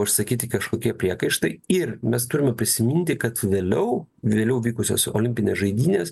užsakyti kažkokie priekaištai ir mes turime prisiminti kad vėliau vėliau vykusios olimpinės žaidynės